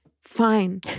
Fine